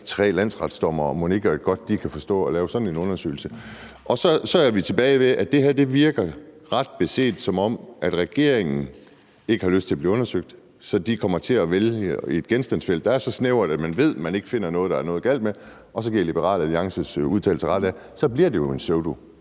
tre landsretsdommere. Mon ikke godt, de kan forstå at lave sådan en undersøgelse? Så er vi tilbage ved, at det her ret beset virker, som om regeringen ikke har lyst til at blive undersøgt. Så man kommer til at vælge et genstandsfelt, der er så snævert, at man ved, man ikke finder noget, der er noget galt med. Så kan jeg give Liberal Alliance ret i deres udtalelser. Så bliver det jo en